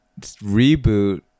reboot